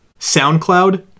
soundcloud